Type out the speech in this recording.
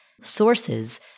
sources